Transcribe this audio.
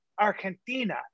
Argentina